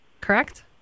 correct